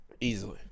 Easily